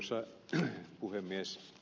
arvoisa puhemies